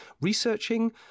researching